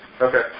Okay